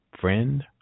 friend